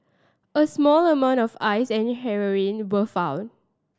a small amount of Ice and heroin were found